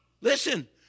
Listen